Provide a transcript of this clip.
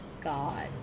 god